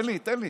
תן לי, תן לי.